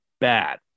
bad